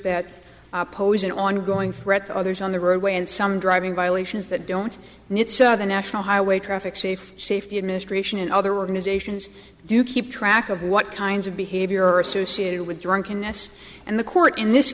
that pose an ongoing threat to others on the roadway and some driving violations that don't need the national highway traffic safety safety administration and other organizations do keep track of what kinds of behavior are associated with drunkenness and the court in this